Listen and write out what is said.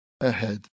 ahead